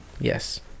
Yes